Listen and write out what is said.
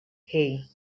hey